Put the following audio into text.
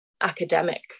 academic